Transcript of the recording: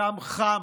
הדם חם,